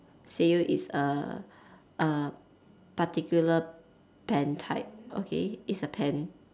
Sanyo is a a particular pen type okay it's a pen